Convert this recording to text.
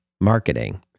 marketing